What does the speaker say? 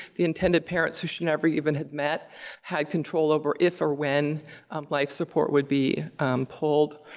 the intended parents who she never even had met had control over if or when life support would be pulled.